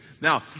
Now